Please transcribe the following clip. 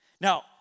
Now